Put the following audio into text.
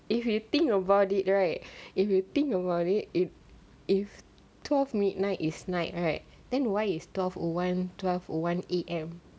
if you think about it right if you think about it if if twelve midnight is night right then why is twelve O one twelve O one A_M